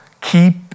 Keep